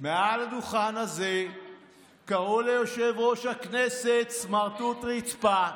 מעל הדוכן הזה קראו ליושב-ראש הכנסת "סמרטוט רצפה",